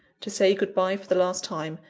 to say good-bye for the last time,